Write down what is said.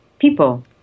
people